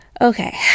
okay